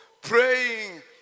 praying